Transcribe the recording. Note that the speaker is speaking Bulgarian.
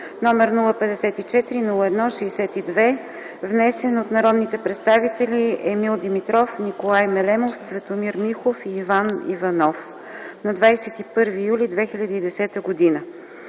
№ 054-01-62, внесен от народните представители Емил Димитров, Николай Мелемов, Цветомир Михов и Иван Иванов на 21 юли 2010 г.